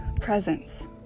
presence